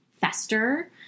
fester